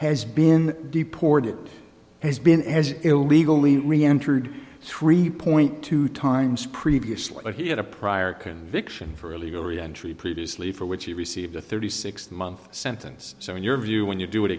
has been deported has been as illegally reentered three point two times previously but he had a prior conviction for illegal reentry previously for which he received a thirty six month sentence so in your view when you do it